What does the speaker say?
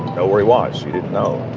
know where he was she didn't know.